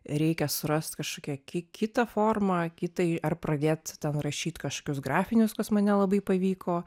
reikia surast kažkokią ki kitą formą kitai ar pradėt rašyt kašokius grafinius kas man nelabai pavyko